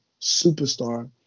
superstar